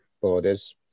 borders